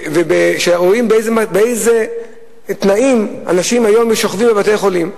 כשרואים באיזה תנאים אנשים היום שוכבים בבתי-חולים.